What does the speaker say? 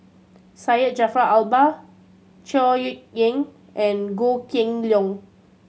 Syed Jaafar Albar Chor Yeok Eng and Goh Kheng Long